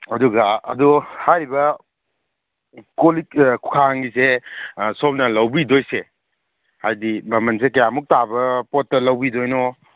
ꯑꯗꯨꯒ ꯑꯗꯨ ꯍꯥꯏꯔꯤꯕ ꯀꯣꯜꯂꯤꯛ ꯈꯥꯡꯒꯤꯁꯦ ꯁꯣꯝꯅ ꯂꯧꯕꯤꯗꯣꯏꯁꯦ ꯍꯥꯏꯗꯤ ꯃꯃꯟꯁꯦ ꯀꯌꯥꯃꯨꯛꯇꯥꯕ ꯄꯣꯠꯇ ꯂꯧꯕꯤꯗꯣꯏꯅꯣ